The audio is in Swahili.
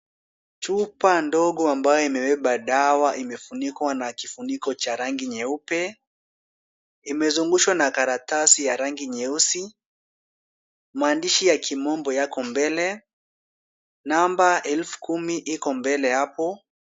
Chupa ndogo ambayo imebeba dawa imefunikwa na kifuniko cha rangi nyeupe. Imezungushwa na karatasi ya rangi nyeusi. Maandishi ya kimombo yapo mbele, namba elfu kumi ipo mbele hapo.